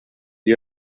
gli